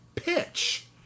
pitch